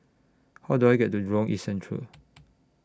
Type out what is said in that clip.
How Do I get to Jurong East Central